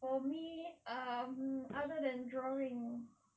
for me um other than drawing